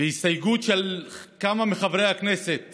והסתייגות של כמה מחברי הכנסת